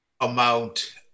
amount